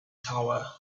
tower